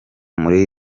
muri